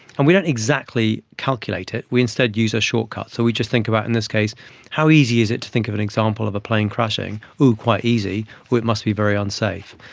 and we don't exactly calculate it, we instead use a shortcut. so we just think about in this case how easy is it to think of an example of a plane crashing. oh, quite easy. it must be very unsafe.